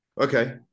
okay